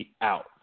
out